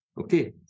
Okay